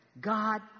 God